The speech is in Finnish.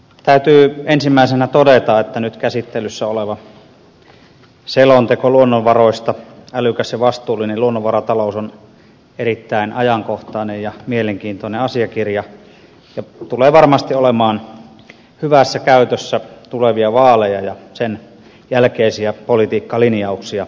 täytyy ensimmäisenä todeta että nyt käsittelyssä oleva selonteko luonnonvaroista älykäs ja vastuullinen luonnonvaratalous on erittäin ajankohtainen ja mielenkiintoinen asiakirja ja tulee varmasti olemaan hyvässä käytössä tulevia vaaleja ja sen jälkeisiä politiikkalinjauksia silmällä pitäen